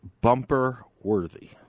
bumper-worthy